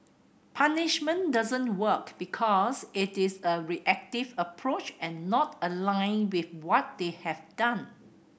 punishment doesn't work because it is a reactive approach and not aligned with what they have done